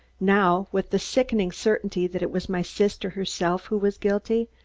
now, with the sickening certainty that it was my sister herself who was guilty,